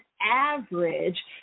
average